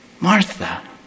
Martha